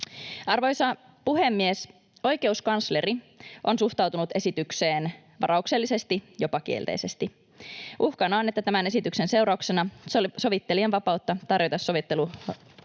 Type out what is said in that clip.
Arvoisa puhemies! Oikeuskansleri on suhtautunut esitykseen varauksellisesti, jopa kielteisesti. Uhkana on, että tämän esityksen seurauksena sovittelijan vapautta tarjota sovitteluja